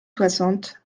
soixante